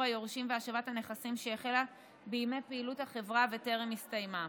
היורשים והשבת הנכסים שהחלה בימי פעילות החברה וטרם הסתיימה.